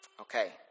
Okay